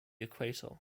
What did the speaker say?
equator